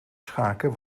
schaken